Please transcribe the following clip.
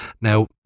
Now